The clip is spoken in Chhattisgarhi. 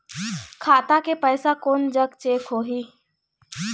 खाता के पैसा कोन जग चेक होही?